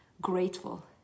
grateful